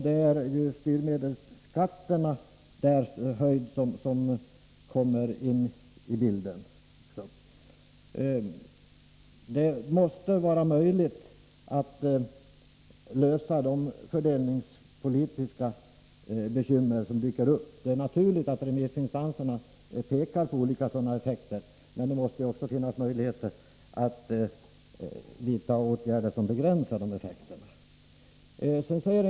Det är dessa styrmedelsskatters höjd som också kommer in i bilden. Det måste vara möjligt att lösa de fördelningspolitiska bekymmer som dyker upp. Det är naturligt att remissinstanserna pekar på olika sådana effekter, men det måste också finnas möjligheter att vidta åtgärder som begränsar dessa effekter.